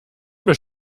bis